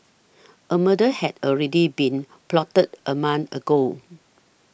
a murder had already been plotted a month ago